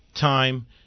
time